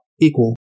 equal